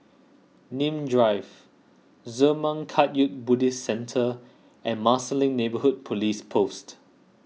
Nim Drive Zurmang Kagyud Buddhist Centre and Marsiling Neighbourhood Police Post